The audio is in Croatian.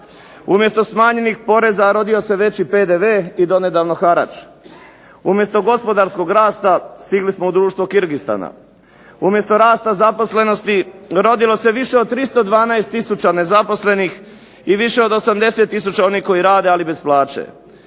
Umjesto smanjenih poreza rodio se veći PDV i donedavno harač. Umjesto gospodarskog rasta stigli smo u društvo Kirgistana. Umjesto rasta zaposlenosti rodilo se više od 312000 nezaposlenih i više od 80000 onih koji rade ali bez plaće.